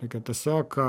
reikia tiesiog